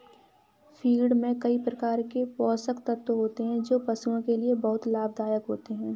feed में कई प्रकार के पोषक तत्व होते हैं जो पशुओं के लिए बहुत लाभदायक होते हैं